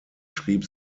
schrieb